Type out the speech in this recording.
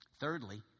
Thirdly